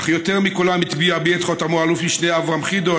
אך יותר מכולם הטביע בי את חותמו אלוף משנה אברהם חידו,